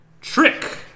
trick